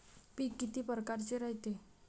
पिकं किती परकारचे रायते?